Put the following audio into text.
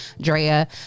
Drea